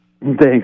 Thanks